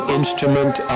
instrument